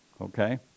Okay